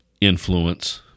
influence